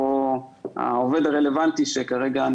הזה ובאופן כללי לטובת הגדלת מכסות במקצועות בביקוש ועידוד קשר עם